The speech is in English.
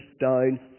down